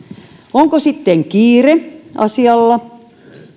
onko sitten kiire asialla